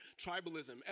tribalism